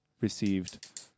received